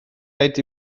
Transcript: rhaid